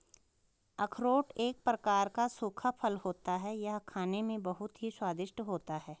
अखरोट एक प्रकार का सूखा फल होता है यह खाने में बहुत ही स्वादिष्ट होता है